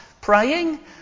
praying